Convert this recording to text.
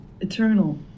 eternal